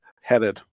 headed